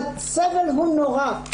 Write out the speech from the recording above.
הסבל הוא נורא.